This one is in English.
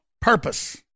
purpose